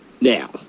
now